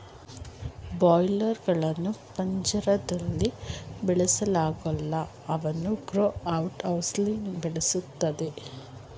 boiler ಗಳ್ನ ಪಂಜರ್ದಲ್ಲಿ ಬೆಳೆಸಲಾಗಲ್ಲ ಅವನ್ನು ಗ್ರೋ ಔಟ್ ಹೌಸ್ಲಿ ಬೆಳೆಸಲಾಗ್ತದೆ